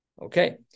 Okay